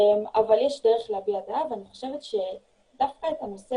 אבל יש דרך להביע דעה ואני חושבת שדווקא את הנושא